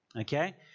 Okay